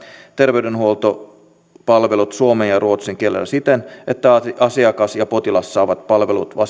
terveydenhuoltopalvelut suomen ja ruotsin kielellä siten että asiakas ja potilas saavat palvelut